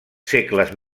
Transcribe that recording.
segles